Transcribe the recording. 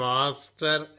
Master